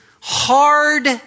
hard